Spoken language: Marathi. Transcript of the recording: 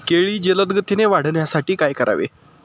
केळी जलदगतीने वाढण्यासाठी काय करावे?